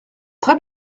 très